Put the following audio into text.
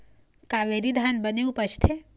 कावेरी धान बने उपजथे?